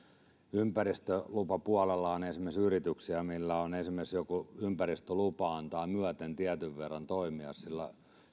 ympäristölupapuolella on esimerkiksi yrityksiä joilla on esimerkiksi joku ympäristölupa joka antaa myöten tietyn verran toimia sillä